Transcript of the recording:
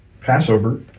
Passover